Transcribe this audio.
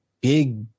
big